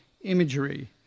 imagery